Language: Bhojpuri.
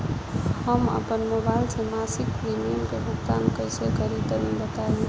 हम आपन मोबाइल से मासिक प्रीमियम के भुगतान कइसे करि तनि बताई?